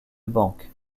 banque